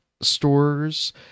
stores